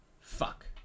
Fuck